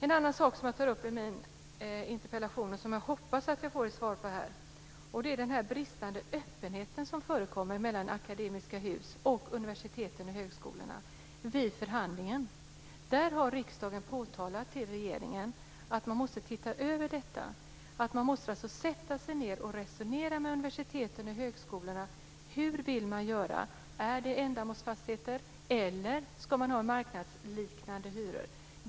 En annan sak som jag tar upp i min interpellation och som jag hoppas att jag får svar på här är den bristande öppenhet som förekommer mellan Akademiska Hus och universiteten och högskolorna vid förhandlingen. Där har riksdagen påtalat till regeringen att man måste se över detta. Man måste sätta sig ned och resonera med universiteten och högskolorna om hur man vill göra: Är fastigheterna ändamålsfastigheter eller ska man ha marknadsliknande hyror?